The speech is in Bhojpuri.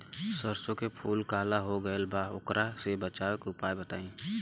सरसों के फूल काला हो गएल बा वोकरा से बचाव के उपाय बताई?